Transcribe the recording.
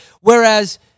Whereas